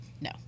No